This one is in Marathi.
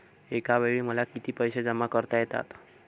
एकावेळी मला किती पैसे जमा करता येतात?